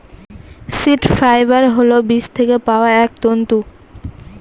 seed fibre হল বীজ থেকে পাওয়া এক তন্তু